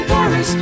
Paris